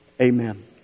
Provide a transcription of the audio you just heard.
Amen